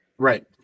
Right